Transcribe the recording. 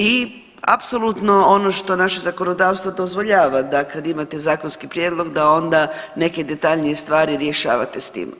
I apsolutno ono što naše zakonodavstvo dozvoljava da kad imate zakonski prijedlog da onda neke detaljnije stvari rješavate s tim.